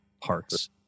parts